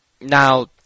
Now